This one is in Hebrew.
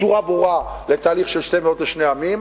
בצורה ברורה לתהליך של שתי מדינות לשני עמים,